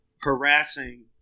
harassing